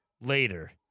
later